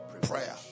Prayer